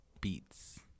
Beats